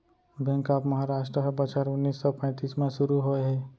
bank of Maharashtra ह बछर उन्नीस सौ पैतीस म सुरू होए हे